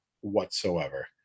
whatsoever